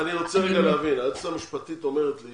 אני רוצה רגע להבין, היועצת המשפטית אומרת לי